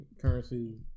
currency